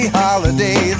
holiday